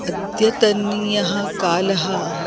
अद्यतनीयः कालः